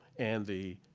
and the